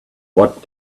what